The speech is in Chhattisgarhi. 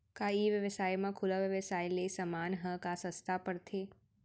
का ई व्यवसाय म खुला व्यवसाय ले समान ह का सस्ता पढ़थे?